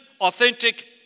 authentic